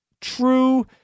true